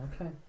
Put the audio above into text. Okay